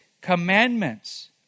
commandments